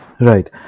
Right